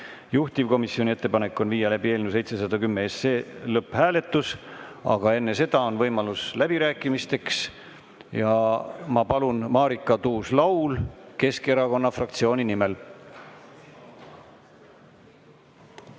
Juhtivkomisjoni ettepanek on viia läbi eelnõu 710 lõpphääletus. Aga enne seda on võimalus läbirääkimisteks. Ja ma palun, Marika Tuus-Laul, Keskerakonna fraktsiooni nimel.